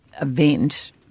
event